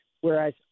whereas